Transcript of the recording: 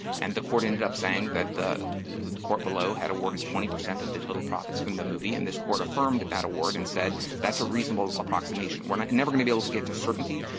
and the court ended up saying that the court below had awarded twenty percent of the total profits from the movie, and this court affirmed that award and said that's a reasonable approximation. we're not never going to be able to get to certainty,